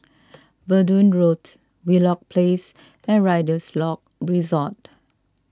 Verdun Road Wheelock Place and Rider's Lodge Resort